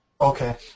Okay